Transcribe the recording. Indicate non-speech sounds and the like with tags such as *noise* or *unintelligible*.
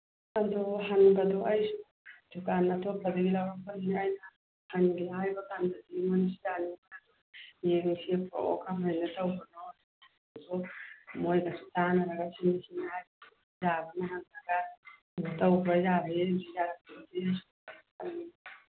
ꯑꯗꯣ ꯍꯟꯕꯗꯣ ꯑꯩꯁꯨ ꯗꯨꯀꯥꯟ ꯑꯇꯣꯞꯄꯗꯒꯤ ꯂꯧꯔꯛꯄꯅꯤꯅ ꯑꯩꯅ ꯍꯟꯒꯦ ꯍꯥꯏꯕꯀꯥꯟꯗꯗꯤ *unintelligible* ꯌꯦꯡꯁꯤ ꯄꯣꯔꯛꯑꯣ ꯀꯔꯝꯍꯥꯏꯅ ꯇꯧꯕꯅꯣ ꯃꯣꯏꯒ ꯇꯥꯅꯔꯒ *unintelligible* ꯇꯧꯕ ꯌꯥꯕ꯭ꯔꯥ ꯌꯦꯡꯁꯤ ꯌꯥꯔꯛꯇ꯭ꯔꯗꯤ *unintelligible*